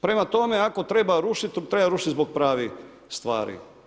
Prema tome, ako treba rušiti, treba rušiti zbog pravih stvari.